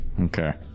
Okay